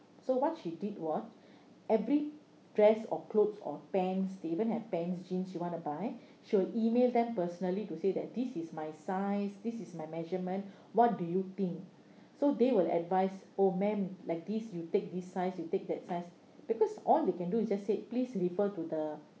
so what she did was every dress or clothes or pants they even have pants jeans she want to buy she will email them personally to say that this is my size this is my measurement what do you think so they will advise oh ma'am like this you take this size you take that size because all they can do is just said please refer to the